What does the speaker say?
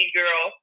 girl